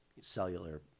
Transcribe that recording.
cellular